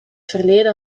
verleden